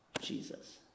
Jesus